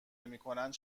نمیکنند